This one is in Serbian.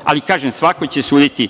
spolja. Kažem, svako će suditi